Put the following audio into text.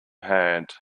hand